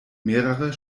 mehrere